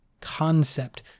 concept